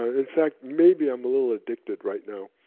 ah in fact maybe i'm a little addicted right now.